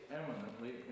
eminently